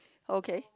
okay